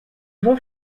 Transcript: vont